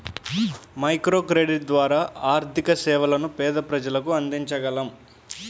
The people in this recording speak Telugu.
మైక్రోక్రెడిట్ ద్వారా ఆర్థిక సేవలను పేద ప్రజలకు అందించగలం